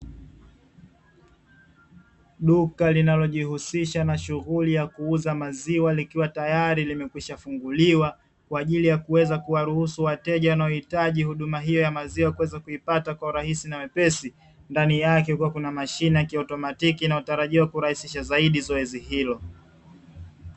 Duka linalojihusisha na shughuli ya kuza maziwa likiwa tayari limekwisha funguliwa, kwa ajili y kuweza kuwaruhusu watejja wanaohitaji huduma hiyo ya maziwa kuweza kuipata kwa urahisi na wepesi, ndani yake kukiwa na mashine ya kiautomatiki inayotarajiwa kurahisisha zaidi zoezi hilo.